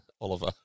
Oliver